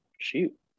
shoot